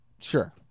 sure